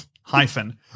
Hyphen